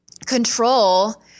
control